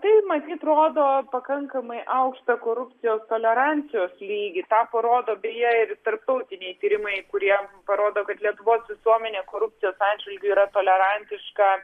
tai matyt rodo pakankamai aukštą korupcijos tolerancijos lygį tą parodo beje ir tarptautiniai tyrimai kurie parodo kad lietuvos visuomenė korupcijos atžvilgiu yra tolerantiška